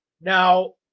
Now